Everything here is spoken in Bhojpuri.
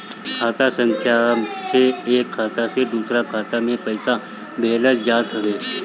खाता संख्या से एक खाता से दूसरा खाता में पईसा भेजल जात हवे